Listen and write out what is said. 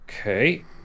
Okay